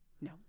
No